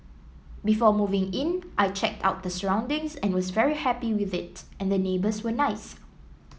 before moving in I checked out the surroundings and was very happy with it and the neighbours were nice